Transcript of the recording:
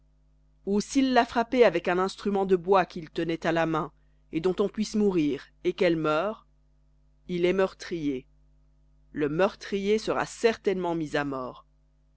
ou s'il l'a frappée avec un instrument de bois qu'il tenait à la main dont on puisse mourir et qu'elle meure il est meurtrier le meurtrier sera certainement mis à mort